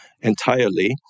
entirely